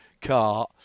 car